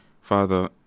Father